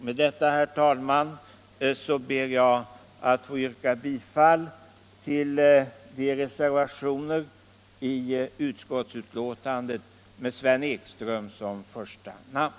Med detta, herr talman, ber jag att få yrka bifall till de reservationer i utskottsbetänkandet som har Sven Ekström som första namn.